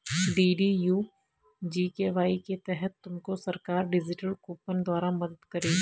DDU GKY के तहत तुमको सरकार डिजिटल कूपन द्वारा मदद करेगी